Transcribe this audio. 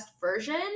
version